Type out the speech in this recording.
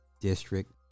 district